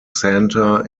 santa